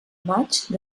maig